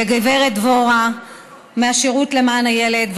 לגב' דבורה מהשירות למען הילד.